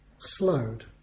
slowed